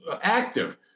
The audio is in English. active